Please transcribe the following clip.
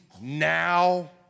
now